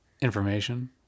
Information